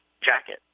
Jacket